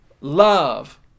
love